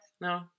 No